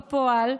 בפועל,